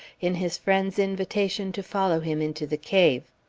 in his friend's invitation to follow him into the cave.